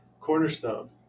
cornerstone